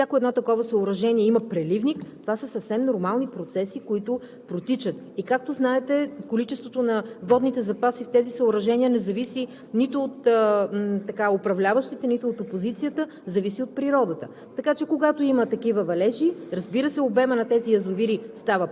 да не изпусне определени количества и те да не бъдат прелети. Фактът е, че всяко едно такова съоръжение има преливник. Това са съвсем нормални процеси, които протичат. Както знаете, количеството на водните запаси в тези съоръжения не зависи нито от управляващите, нито от опозицията – зависи от природата.